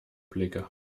blicke